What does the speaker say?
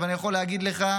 אבל אני יכול להגיד לך: